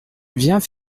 viens